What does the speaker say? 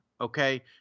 Okay